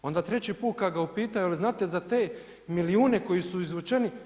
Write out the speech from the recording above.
Onda treći put kad ga upitaju jel znate za te milijune koji su izvučeni?